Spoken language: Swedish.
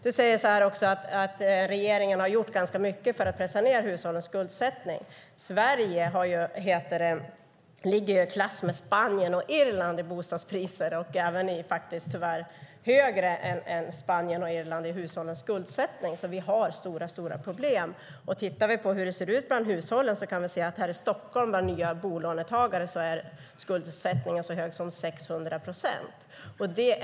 Du säger också att regeringen har gjort ganska mycket för att pressa ned hushållens skuldsättning. Sverige ligger ju i klass med Spanien och Irland i bostadspriser och tyvärr högre än Spanien och Irland i hushållens skuldsättning, så vi har stora problem. Tittar vi på hur det ser ut bland hushållen kan vi se att bland nya bolånetagare här i Stockholm är skuldsättningen så hög som 600 procent.